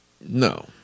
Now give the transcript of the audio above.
no